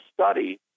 study